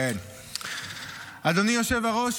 אדוני היושב-ראש,